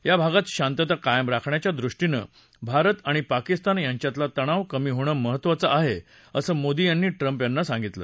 या भागात शांतता कायम राखण्याच्या दृष्टीनं भारत आणि पाकिस्तान यांच्यातला तणाव कमी होणं महत्त्वाचं आहे असं मोदी यांनी ट्रम्प यांना सांगितलं